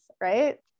right